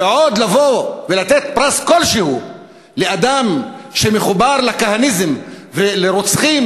ועוד לבוא ולתת פרס כלשהו לאדם שמחובר לכהניזם ולרוצחים?